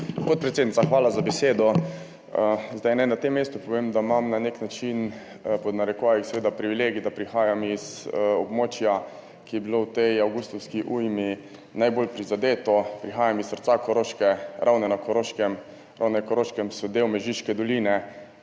Podpredsednica, hvala za besedo. Naj na tem mestu povem, da imam na nek način, pod narekovaji, seveda, privilegij, da prihajam iz območja, ki je bilo v tej avgustovski ujmi najbolj prizadeto. Prihajam iz srca Koroške, Ravne na Koroškem. Ravne na Koroškem so del Mežiške doline,